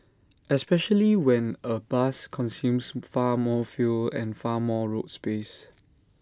especially when A bus consumes far more fuel and far more road space